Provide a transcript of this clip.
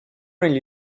negli